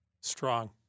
Strong